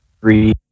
three